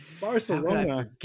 Barcelona